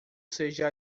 seja